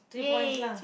three points lah